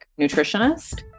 nutritionist